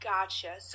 Gotcha